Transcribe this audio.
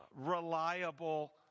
reliable